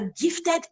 gifted